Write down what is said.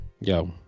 Yo